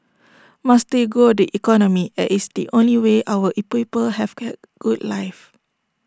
must still grow the economy as it's the only way our in people have can good life